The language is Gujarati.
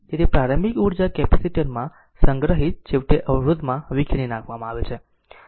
તેથી પ્રારંભિક ઊર્જા કેપેસિટર માં સંગ્રહિત છેવટે અવરોધમાં વિખેરી નાખવામાં આવે છે